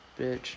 bitch